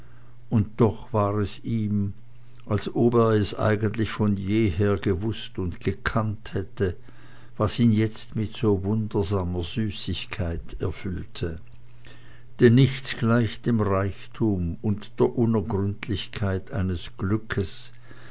und doch war es ihm als ob er es eigentlich von jeher gewußt und gekannt hätte was ihn jetzt mit so wundersamer süßigkeit erfüllte denn nichts gleicht dem reichtum und der unergründlichkeit eines glückes